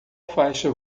faixa